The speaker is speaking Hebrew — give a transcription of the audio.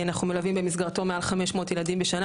אנחנו מלווים במסגרתו מעל 500 ילדים בשנה